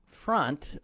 front